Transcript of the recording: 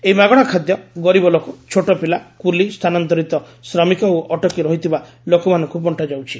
ଏହି ମାଗଣା ଖାଦ୍ୟ ଗରିବ ଲୋକ ଛୋଟ ପିଲା କୁଲି ସ୍ଥାନାନ୍ତରିତ ଶ୍ରମିକ ଓ ଅଟକି ରହିଥିବା ଲୋକମାନଙ୍କୁ ବଣ୍ଟା ଯାଉଛି